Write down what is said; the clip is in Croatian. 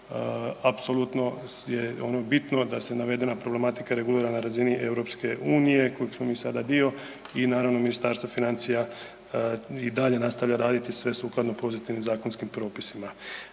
apsolutno je ono bitno da se navedena problematika regulira na razini EU koje smo mi sada dio i naravno Ministarstvo financija i dalje nastavlja raditi sve sukladno pozitivnim zakonskim propisima.